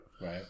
Right